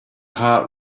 heart